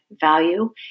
value